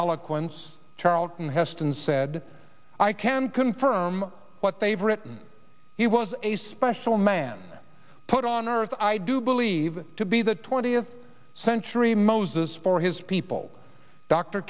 eloquence charlton heston said i can confirm what they've written he was a special man put on earth i do believe to be the twentieth century moses for his people dr